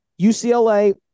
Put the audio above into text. UCLA